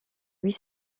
huit